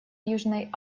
южной